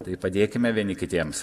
tai padėkime vieni kitiems